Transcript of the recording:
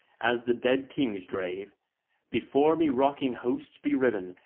as the dead kings drave before me rocking hosts be riven,